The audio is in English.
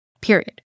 period